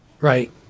right